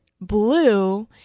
blue